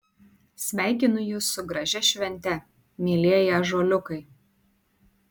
sveikinu jus su gražia švente mielieji ąžuoliukai